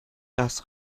das